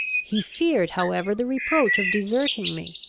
he feared however the reproach of deserting me.